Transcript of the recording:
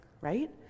right